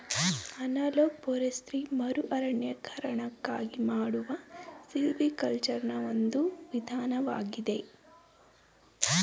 analog forestry ಮರುಅರಣ್ಯೀಕರಣಕ್ಕಾಗಿ ಮಾಡುವ ಸಿಲ್ವಿಕಲ್ಚರೆನಾ ಒಂದು ವಿಧಾನವಾಗಿದೆ